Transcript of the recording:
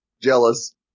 Jealous